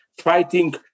fighting